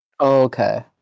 Okay